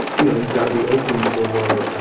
you know you've got to be open for